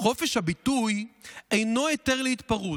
חופש הביטוי אינו היתר להתפרעות.